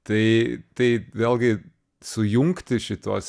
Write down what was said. tai tai vėlgi sujungti šituos